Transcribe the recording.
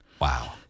Wow